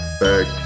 back